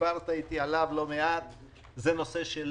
שדיברת איתי עליו לא זה הנושא של